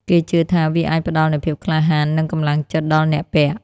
គេជឿថាវាអាចផ្ដល់នូវភាពក្លាហាន និងកម្លាំងចិត្តដល់អ្នកពាក់។